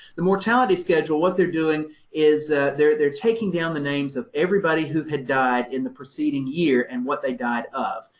the mortality schedule, what they're doing is they're they're taking down the names of everybody who had died in the preceding year and what they died of.